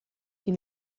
die